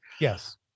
Yes